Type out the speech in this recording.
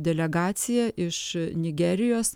delegacija iš nigerijos